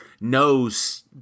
knows